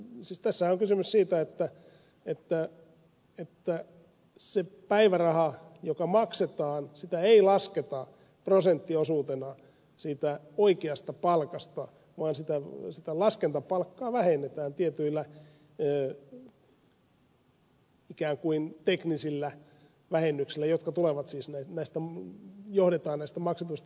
siis tässähän on kysymys siitä että sitä päivärahaa joka maksetaan ei lasketa prosenttiosuutena siitä oikeasta palkasta vaan sitä laskentapalkkaa vähennetään tietyillä ikään kuin teknisillä vähennyksillä jotka johdetaan näistä maksetuista etuuksista